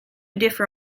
differ